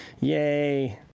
Yay